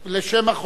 לשם החוק,